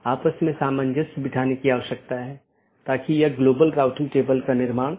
अगर हम BGP घटकों को देखते हैं तो हम देखते हैं कि क्या यह ऑटॉनमस सिस्टम AS1 AS2 इत्यादि हैं